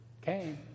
came